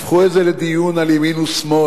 הפכו את זה לדיון על ימין ושמאל,